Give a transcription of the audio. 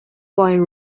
wine